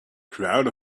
crowd